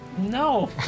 No